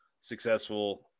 successful